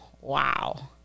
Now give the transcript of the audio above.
wow